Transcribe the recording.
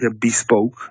bespoke